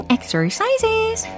Exercises